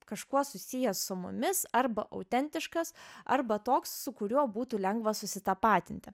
kažkuo susijęs su mumis arba autentiškas arba toks su kuriuo būtų lengva susitapatinti